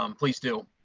um please do.